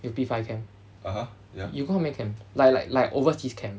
your P five camp you go how many camp like like like overseas camp